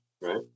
Right